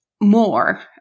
more